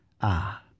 Ah